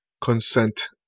consent